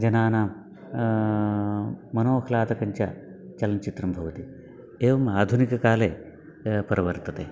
जनानां मनोह्लादकंच चलनचित्रं भवति एवम् आधुनिककाले परिवर्तते